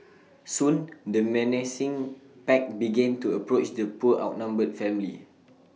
soon the menacing pack began to approach the poor outnumbered family